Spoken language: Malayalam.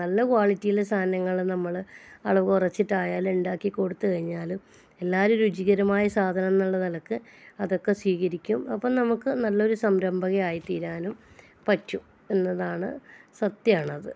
നല്ല ക്വാളിറ്റിയിൽ സാധനങ്ങൾ നമ്മൾ അളവ് കുറച്ചിട്ട് ആയാലും ഉണ്ടാക്കി കൊടുത്ത് കഴിഞ്ഞാലും എല്ലാവരും രുചികരമായ സാധനം എന്നുള്ള നിലയ്ക്ക് അതൊക്കെ സ്വീകരിക്കും അപ്പം നമുക്ക് നല്ലൊരു സംരംഭകയായി തീരാനും പറ്റും എന്നതാണ് സത്യമാണത്